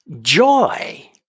joy